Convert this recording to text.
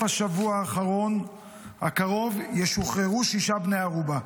השבוע הקרוב ישוחררו שישה בני ערובה.